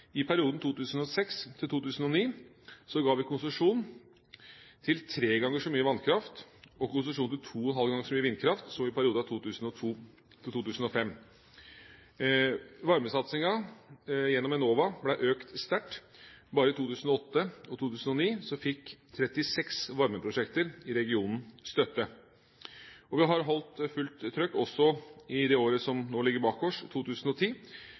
I perioden 2006–2009 ga vi konsesjon til tre ganger så mye vannkraft og konsesjon til to og en halv ganger så mye vindkraft som i perioden 2002–2005. Varmesatsingen gjennom Enova ble økt sterkt. Bare i 2008 og i 2009 fikk 36 varmeprosjekter i regionen støtte. Vi har holdt fullt trøkk også i det året som nå ligger bak oss, 2010.